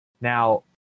Now